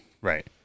Right